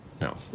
No